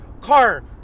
car